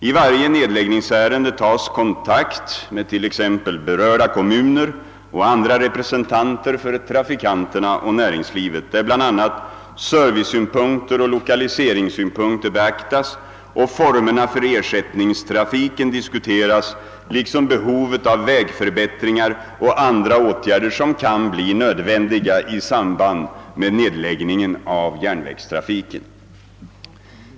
I varje nedläggningsärende tas kontakt med t.ex. berörda kommuner och andra representanter för trafikanterna och näringslivet, där bl.a. servicesynpunkter och = lokaliseringssynpunkter beaktas och formerna för ersättningstrafiken diskuteras liksom behovet av vägförbättringar och andra åtgärder som kan bli nödvändiga i samband med nedläggningen av järnvägstrafiken.